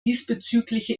diesbezügliche